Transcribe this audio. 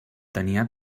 tenia